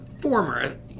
former